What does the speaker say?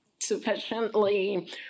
sufficiently